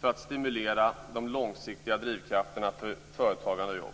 för att stimulera de långsiktiga drivkrafterna för företagande och jobb.